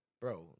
Bro